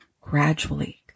Gradually